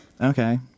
okay